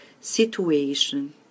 situation